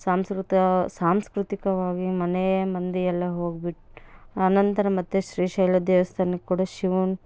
ಸಾಂಸ್ಕೃತ ಸಾಂಸ್ಕೃತಿಕವಾಗಿ ಮನೆಯಮಂದಿಯೆಲ್ಲ ಹೋಗ್ಬಿಟ್ಟು ಆ ನಂತರ ಮತ್ತು ಶ್ರೀ ಶೈಲ ದೇವಸ್ಥಾನಕ್ಕ್ ಕೂಡ ಶಿವನ್